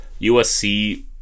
USC